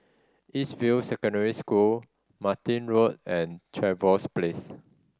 East View Secondary School Martin Road and Trevose Place